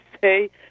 say